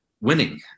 winning